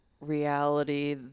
reality